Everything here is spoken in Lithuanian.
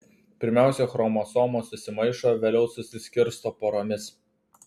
pirmiausia chromosomos susimaišo vėliau susiskirsto poromis